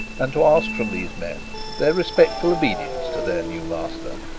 and to ask from these men their respectful obedience to their new master.